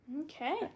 Okay